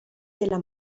della